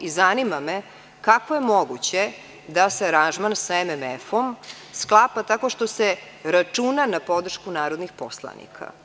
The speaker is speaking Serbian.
I zanima me kako je moguće da se aranžman sa MMF-omsklapa tako što se računa na podršku narodnih poslanika?